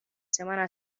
semana